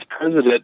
president